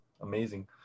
amazing